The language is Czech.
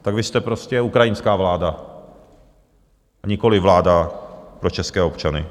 Vy jste prostě ukrajinská vláda, nikoliv vláda pro české občany.